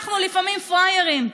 אנחנו לפעמים פראיירים,